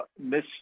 miss